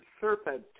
serpent